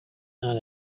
not